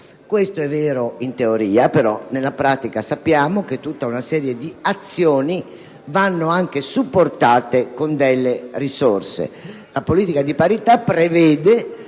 Questo è vero in teoria, però nella pratica sappiamo che tutta una serie di azioni vanno anche supportate con delle risorse. La politica di parità prevede